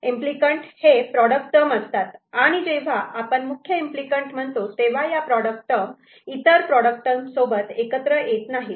इम्पली कँट हे product term असतात आणि जेव्हा आपण मुख्य इम्पली कँट म्हणतो तेव्हा या प्रॉडक्ट टर्म इतर प्रोडक्ट टर्म सोबत एकत्र येत नाहीत